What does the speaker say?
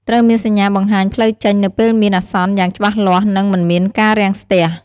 ត្រូវមានសញ្ញាបង្ហាញផ្លូវចេញនៅពេលមានអាសន្នយ៉ាងច្បាស់លាស់ និងមិនមានការរាំងស្ទះ។